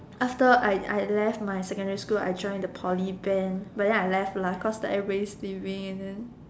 after I I left my secondary school I join the Poly band but then I left lah cause like everybody is leaving and then